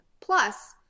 Plus